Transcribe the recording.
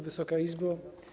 Wysoka Izbo!